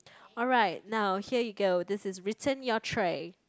alright now here you go this is return your tray